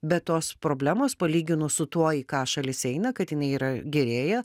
bet tos problemos palyginus su tuo į ką šalis eina kad jinai yra gerėja